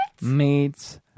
meets